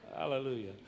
Hallelujah